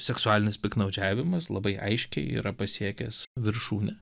seksualinis piktnaudžiavimas labai aiškiai yra pasiekęs viršūnę